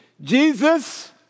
Jesus